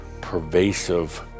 pervasive